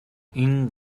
این